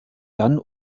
dann